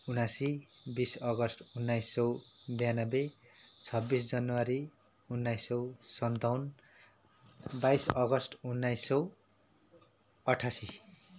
उनासी बिस अगस्त उन्नाइस सौ बयानब्बे छब्बिस जनवरी उन्नाइस सौ सन्ताउन्न बाइस अगस्त उन्नाइस सौ अठासी